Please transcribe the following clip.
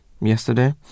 yesterday